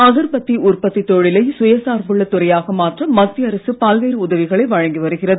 அகர்பத்தி உற்பத்தி தொழிலை சுய சார்புள்ள துறையாக மாற்ற மத்திய அரசு பல்வேறு உதவிகளை வழங்கி வருகிறது